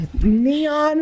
Neon